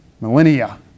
millennia